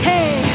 Hey